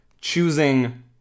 choosing